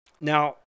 Now